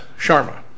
Sharma